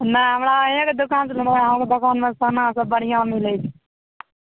नहि हमरा अहाँके दोकान अहाँके दोकानमे सोना सब बढ़िआँ मिलय छै